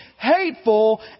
hateful